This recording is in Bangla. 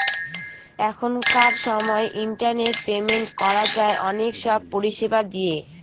এখনকার সময় ইন্টারনেট পেমেন্ট করা যায় অনেক সব পরিষেবা দিয়ে